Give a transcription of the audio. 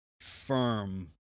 firm